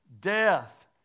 death